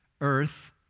earth